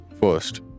first